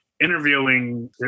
interviewing